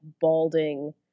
balding